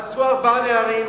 עצרו ארבעה נערים,